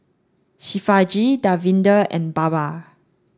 Shivaji Davinder and Baba